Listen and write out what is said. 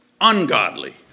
Ungodly